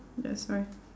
that's why